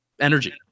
energy